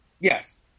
Yes